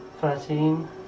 thirteen